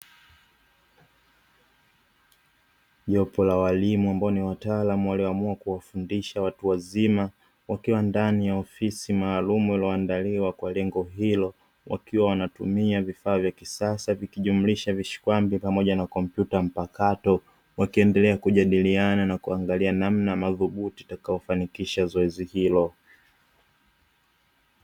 Jopo la walimu ambao ni wataalamu walioamua kuwafundisha watu wazima wakiwa ndani ya ofisi maalumu iliyoandaliwa kwa lengo hilo, wakiwa wanatumia vifaa vya kisasa vikijumlisha vishkwambi pamoja na kompyuta mpakato wakiendelea kujadiliana na kuangalia namna madhubuti itakayofanikisha zoezi hilo.